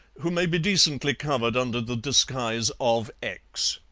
who may be decently covered under the disguise of x.